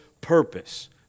purpose